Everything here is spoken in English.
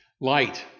Light